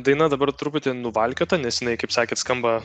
daina dabar truputį nuvalkiota nes jinai kaip sakėt skamba